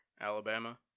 Alabama